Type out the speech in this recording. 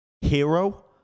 hero